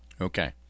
Okay